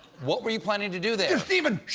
what were you planning to do there? stephen,